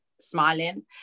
smiling